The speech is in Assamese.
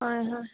হয় হয়